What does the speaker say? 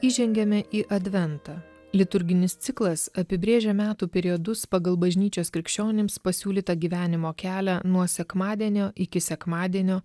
įžengiame į adventą liturginis ciklas apibrėžia metų periodus pagal bažnyčios krikščionims pasiūlytą gyvenimo kelią nuo sekmadienio iki sekmadienio